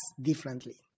differently